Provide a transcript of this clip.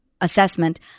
assessment